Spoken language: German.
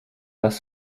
das